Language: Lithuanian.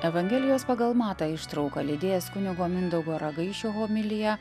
evangelijos pagal matą ištrauka lydėjęs kunigo mindaugo ragaišio homiliją